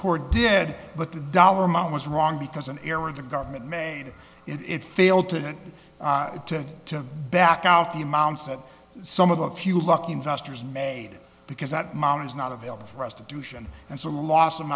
court did but the dollar amount was wrong because an error in the government made it fail to back out the amounts that some of the few lucky investors made because that mountain is not available for us to do shit and so lost them